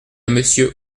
monsieur